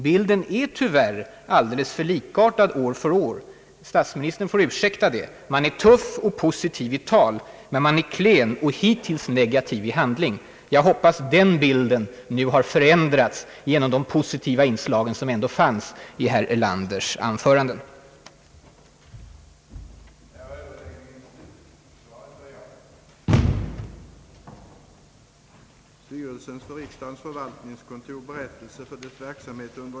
Bilden är tyvärr alldeles för likartad år från år; statsministern får ursäkta det. Man är tuff och positiv i tal men man är klen och hittills negativ i handling. Jag hoppas att den bilden nu kommer att förändras genom de positiva inslag som trots allt fanns i herr Erlanders anföranden.